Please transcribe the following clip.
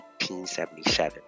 1877